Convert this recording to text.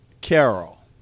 Carol